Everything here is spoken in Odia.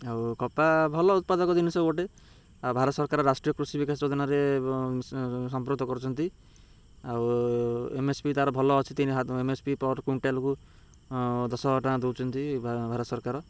ଆଉ କପା ଭଲ ଉତ୍ପାଦକ ଜିନିଷ ଗୋଟେ ଆଉ ଭାରତ ସରକାର ରାଷ୍ଟ୍ରୀୟ କୃଷି ବିକାଶ ଯୋଜନାରେ ସମ୍ପୃକ୍ତ କରୁଛନ୍ତି ଆଉ ଏମ୍ ଏସ୍ ପି ତା'ର ଭଲ ଅଛି ତିନି ଏମ୍ ଏସ୍ ପି କୁଇଣ୍ଟାଲକୁ ଦଶ ହଜାର ଟଙ୍କା ଦଉଛନ୍ତି ଭାରତ ସରକାର